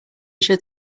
should